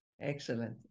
Excellent